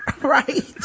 Right